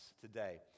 today